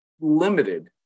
limited